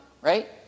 right